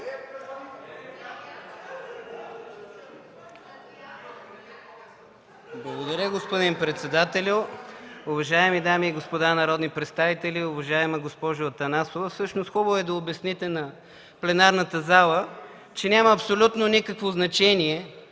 Благодаря Ви, господин председателю. Уважаеми дами и господа народни представители! Уважаема госпожо Атанасова, всъщност хубаво е да обясните на пленарната зала, че няма абсолютно никакво значение